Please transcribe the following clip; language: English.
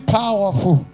powerful